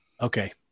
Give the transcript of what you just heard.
Okay